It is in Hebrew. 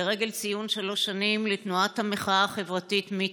לרגל ציון שלוש שנים לתנועת המחאה החברתית MeToo: